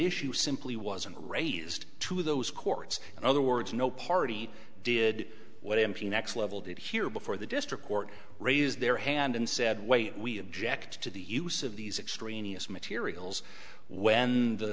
issue simply wasn't raised to those courts in other words no party did what m p next level did hear before the district court raised their hand and said wait we object to the use of these extremist materials when the